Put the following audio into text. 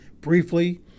briefly